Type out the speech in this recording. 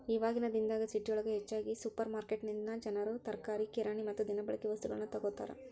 ಇವಾಗಿನ ದಿನದಾಗ ಸಿಟಿಯೊಳಗ ಹೆಚ್ಚಾಗಿ ಸುಪರ್ರ್ಮಾರ್ಕೆಟಿನಿಂದನಾ ಜನರು ತರಕಾರಿ, ಕಿರಾಣಿ ಮತ್ತ ದಿನಬಳಿಕೆ ವಸ್ತುಗಳನ್ನ ತೊಗೋತಾರ